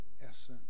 essence